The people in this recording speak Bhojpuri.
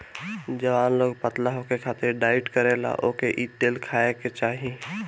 जवन लोग पतला होखे खातिर डाईट करेला ओके इ तेल खाए के चाही